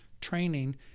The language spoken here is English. training